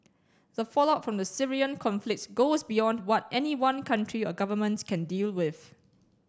the fallout from the Syrian conflict goes beyond what any one country or governments can deal with